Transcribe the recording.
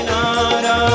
Nara